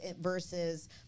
versus